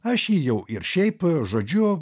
aš jį jau ir šiaip žodžiu